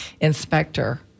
inspector